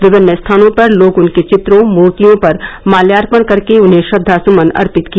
विभिन्न स्थानों पर लोग उनके चित्रो मूर्तियों पर माल्यापर्ण करके के उन्हें श्रद्वा सुमन अर्पित किया